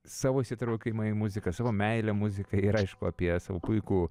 savo įsitraukimą į muziką savo meilę muzikai ir aišku apie savo puikų